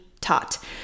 taught